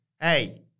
hey